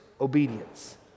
obedience